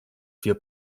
vier